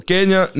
Kenya